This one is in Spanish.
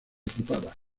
equipadas